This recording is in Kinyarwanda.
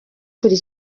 kuri